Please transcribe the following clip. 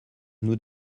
nous